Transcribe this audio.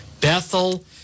Bethel